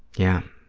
yeah,